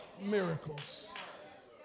miracles